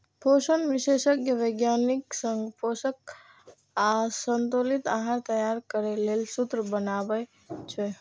पोषण विशेषज्ञ वैज्ञानिक संग पोषक आ संतुलित आहार तैयार करै लेल सूत्र बनाबै छै